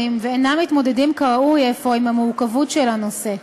ואינם מתמודדים כראוי אפוא עם המורכבות של הנושא.